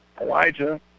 Elijah